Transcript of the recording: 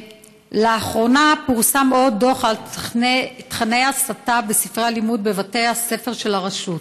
לאחרונה פורסם עוד דוח על תוכני ההסתה בספרי הלימוד בבתי הספר של הרשות.